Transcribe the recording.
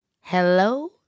Hello